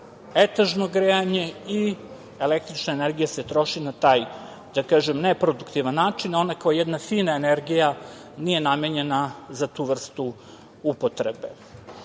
etažno grejanje i električna energija se troši na taj, da kažem, ne produktivan način, a ona kao jedna fina energija nije namenjena za tu vrstu upotrebe. Trošimo